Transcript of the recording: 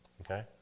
okay